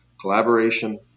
collaboration